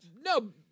No